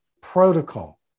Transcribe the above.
protocol